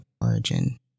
origin